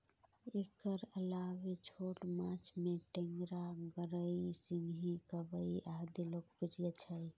एकर अलावे छोट माछ मे टेंगरा, गड़ई, सिंही, कबई आदि लोकप्रिय छै